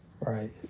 Right